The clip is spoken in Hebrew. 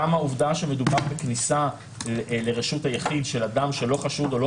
גם העובדה שמדובר בכניסה לרשות היחיד של אדם שלא חשוד או לא